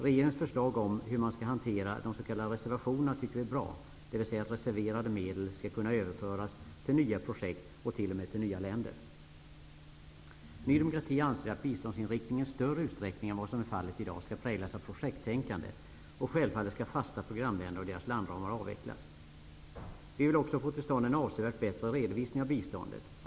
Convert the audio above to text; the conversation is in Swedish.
Regeringens förslag om hur man skall hantera de s.k. reservationerna tycker vi är bra, dvs. att reserverade medel skall kunna överföras till nya projekt och t.o.m. till nya länder. Ny demokrati anser att biståndsinriktningen i större utsträckning än vad som är fallet i dag skall präglas av projekttänkande. Självfallet skall fasta programländer och deras landramar avvecklas. Vi vill också få till stånd en avsevärt bättre redovisning av biståndet.